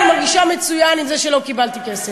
אני מרגישה מצוין עם זה שלא קיבלתי כסף,